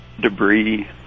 debris